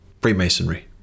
Freemasonry